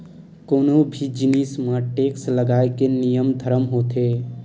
कोनो भी जिनिस म टेक्स लगाए के नियम धरम होथे